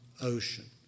ocean